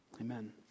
Amen